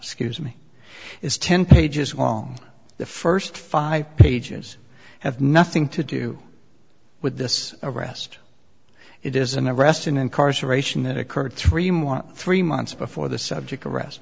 scuse me is ten pages long the first five pages have nothing to do with this arrest it is an arrest in incarceration that occurred three more three months before the subject of arrest